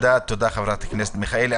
תודה, חברת הכנסת מיכאלי.